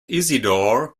isidore